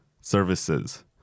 services